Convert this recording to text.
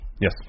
Yes